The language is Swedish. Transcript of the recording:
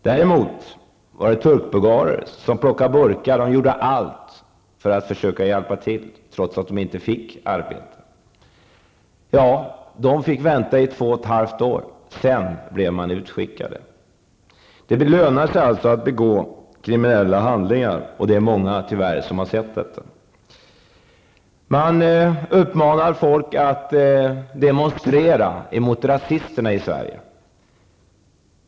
Däremot fanns det turkbulgarer som plockade burkar och gjorde allt för att försöka hjälpa till, trots att de inte fick arbeta. De fick vänta i två och ett halvt år, sedan blev de utskickade. Det lönar sig alltså att begå kriminella handlingar, och det är tyvärr många som har sett detta. Man uppmanar folk att demonstrera mot rasisterna i Sverige.